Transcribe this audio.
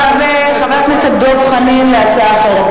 עכשיו, חבר הכנסת דב חנין, הצעה אחרת.